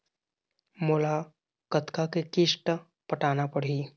मोला कतका के किस्त पटाना पड़ही?